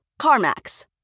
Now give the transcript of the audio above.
CarMax